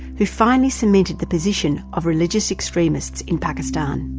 who finally cemented the position of religious extremists in pakistan.